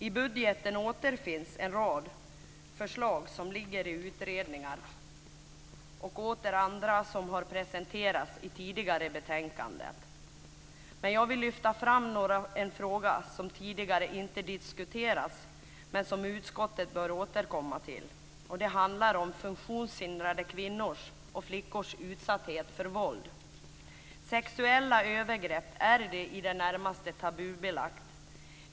I budgeten återfinns en rad förslag som behandlas av utredningar och åter andra som har presenterats i tidigare betänkanden. Men jag vill lyfta fram en fråga som tidigare inte diskuterats, men som utskottet bör återkomma till. Det handlar om funktionshindrade kvinnors och flickors utsatthet för våld. Sexuella övergrepp är i det närmaste tabubelagt.